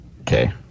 Okay